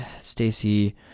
Stacy